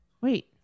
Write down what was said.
Wait